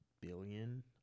billion